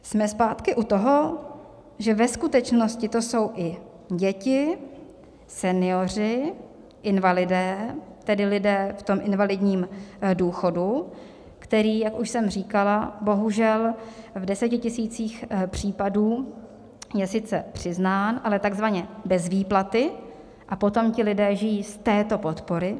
Jsme zpátky u toho, že ve skutečnosti to jsou i děti, senioři, invalidé, tedy lidé v invalidním důchodu, který, jak už jsem říkala, bohužel v desetitisících případů je sice přiznán, ale tzv. bez výplaty, a potom ti lidé žijí z této podpory.